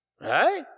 Right